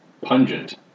pungent